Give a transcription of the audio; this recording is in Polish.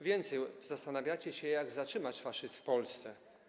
Więcej, zastanawiacie się, jak zatrzymać faszyzm w Polsce.